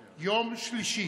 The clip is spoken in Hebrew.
הממשלה,